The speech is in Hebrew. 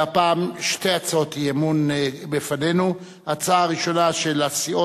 אילן גילאון וניצן הורוביץ, הצעת חוק